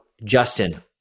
Justin